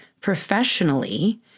professionally